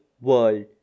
world